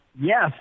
yes